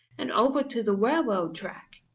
and over to the railroad track.